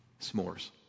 S'mores